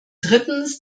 drittens